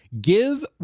Give